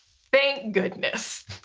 thank goodness.